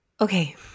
Okay